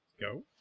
Go